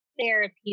therapy